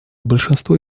большинство